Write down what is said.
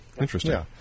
Interesting